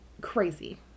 crazy